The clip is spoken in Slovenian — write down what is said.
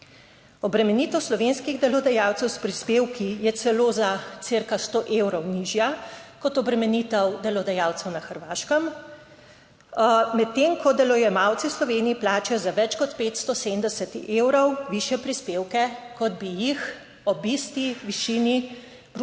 Obremenitev slovenskih delodajalcev s prispevki je celo za cirka 100 evrov nižja kot obremenitev delodajalcev na Hrvaškem, medtem, ko delojemalci v Sloveniji plačajo za več kot 570 evrov višje prispevke, kot bi jih ob isti višini bruto